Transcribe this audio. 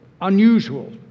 unusual